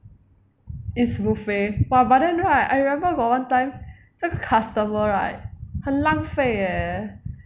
it's buffet !wah! but then right I remember got one time 这个 customer right 很浪费 leh